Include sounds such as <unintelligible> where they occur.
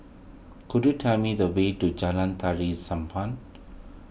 could you tell me the way to Jalan Tari <unintelligible>